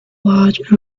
large